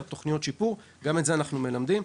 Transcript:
תוכניות שיפור וגם את זה אנחנו מלמדים.